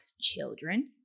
children